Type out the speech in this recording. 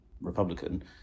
Republican